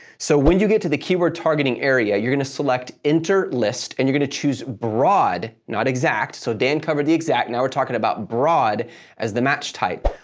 so, when you get to the keyword targeting area, you're going to select enter list and you're going to choose broad, not exact. so, dan covered the exact. now, we're talking about broad as the match type.